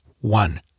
one